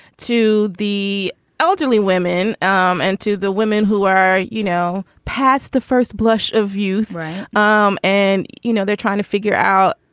to the elderly women um and to the women who are, you know, past the first blush of youth um and, you know, they're trying to figure out,